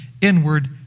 inward